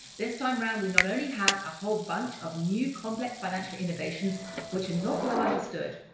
this time around we not only have a whole bunch of new complex financial innovations which are not well understood,